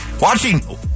Watching